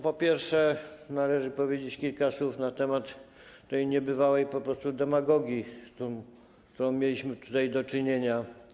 Po pierwsze, należy powiedzieć kilka słów na temat tej niebywałej po prostu demagogii, z jaką mieliśmy tutaj do czynienia.